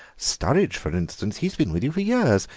sturridge, for instance he's been with you for years,